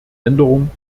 änderung